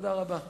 תודה רבה.